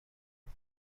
برد